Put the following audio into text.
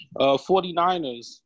49ers